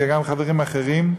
וגם חברים אחרים,